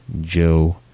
Joe